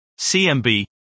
CMB